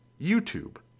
YouTube